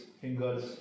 fingers